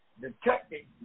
detective